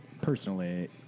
personally